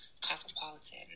Cosmopolitan